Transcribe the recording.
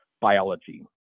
biology